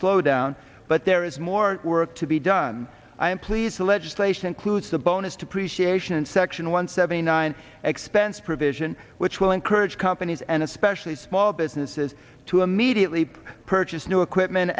slowdown but there is more work to be done i am pleased the legislation includes the bonus depreciation and section one seventy nine expense provision which will encourage companies and especially small businesses to immediately purchase new equipment